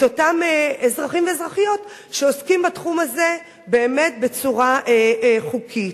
את אותם אזרחים ואזרחיות שעוסקים בתחום הזה בצורה חוקית.